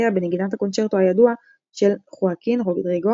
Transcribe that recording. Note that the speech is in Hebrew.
בנגינת הקונצ'רטו הידוע של חואקין רודריגו